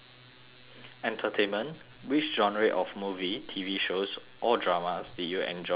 entertainment which genre of movie T_V shows or dramas did you enjoy the most